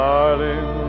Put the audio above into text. Darling